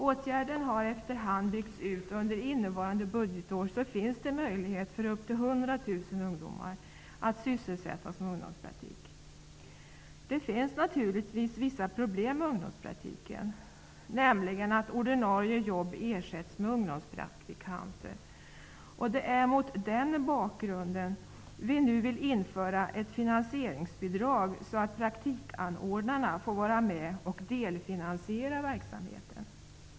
Åtgärden har efter hand byggts ut och under innevarande budgetår finns det möjlighet för upp till 100 000 Det finns naturligtvis vissa problem med ungdomspraktiken, nämligen att ordinarie jobb tillsätts med ungdomspraktikanter. Det är mot den bakgrunden regeringen nu vill införa ett finansieringsbidrag så att praktikanordnaren får vara med och delfinansiera verksamheten.